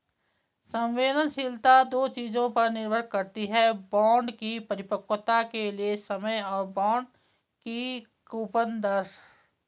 संवेदनशीलता दो चीजों पर निर्भर करती है बॉन्ड की परिपक्वता के लिए समय और बॉन्ड की कूपन दर